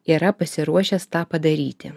yra pasiruošęs tą padaryti